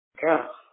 girl